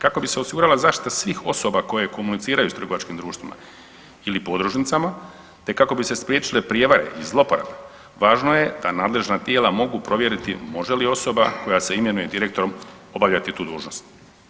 Kako bi se osigurala zaštita svih osoba koje komuniciraju s trgovačkim društvima ili podružnicama te kako bi se spriječile prijevare i zlouporabe važno je da nadležna tijela mogu provjeriti može li osoba koja se imenuje direktorom obavljati tu dužnost.